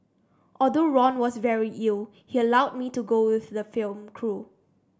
although Ron was very ill he allowed me to go with the film crew